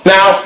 Now